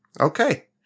Okay